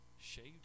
shaved